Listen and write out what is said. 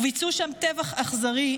וביצעו שם טבח אכזרי,